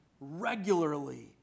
regularly